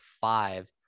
five